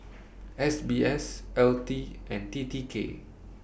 S B S L T and T T K